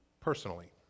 personally